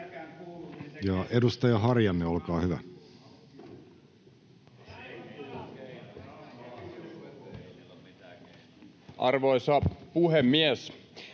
edustaja Harjanne, olkaa hyvä. Arvoisa puhemies!